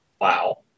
Wow